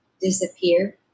disappear